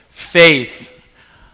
Faith